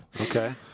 Okay